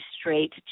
straight